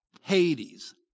Hades